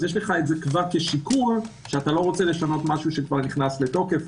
אז יש את זה כשיקול שאתה לא רוצה לשנות משהו שנכנס לתוקף.